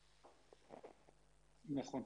נכון.